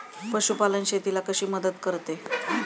पशुपालन शेतीला कशी मदत करते?